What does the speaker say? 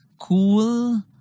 cool